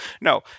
No